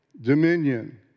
dominion